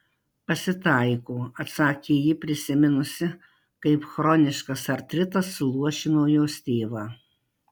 pasitaiko atsakė ji prisiminusi kaip chroniškas artritas suluošino jos tėvą